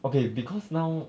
okay because now